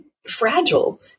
Fragile